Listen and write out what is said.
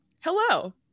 hello